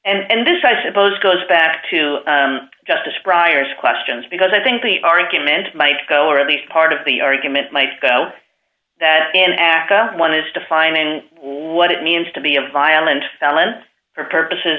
reading and this i suppose goes back to justice briar's questions because i think the argument might go or at least part of the argument might go that in aca one is defining what it means to be a violent felon for purposes